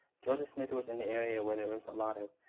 joseph smith was in the area where there was a lot of